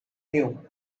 knew